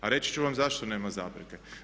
A reći ću vam zašto nema zapreke.